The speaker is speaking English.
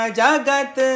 jagat